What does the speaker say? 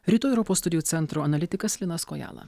rytų europos studijų centro analitikas linas kojala